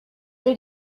did